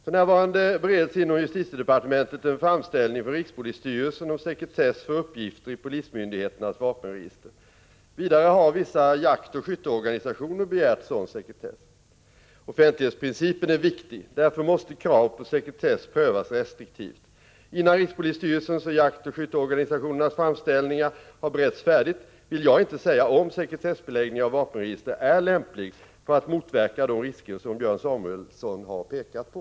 För närvarande bereds inom justitiedepartementet en framställning från rikspolisstyrelsen om sekretess för uppgifter i polismyndigheternas vapenregister. Vidare har vissa jaktoch skytteorganisationer begärt sådan sekretess. Offentlighetsprincipen är viktig. Därför måste krav på sekretess prövas restriktivt. Innan rikspolisstyrelsens och jaktoch skytteorganisationernas framställningar har beretts färdigt vill jag inte säga om sekretessbeläggning av vapenregistren är lämplig för att motverka de risker som Björn Samuelson har pekat på.